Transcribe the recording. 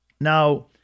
Now